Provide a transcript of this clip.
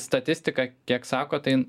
statistika kiek sako tai